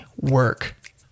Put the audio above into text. work